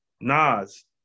Nas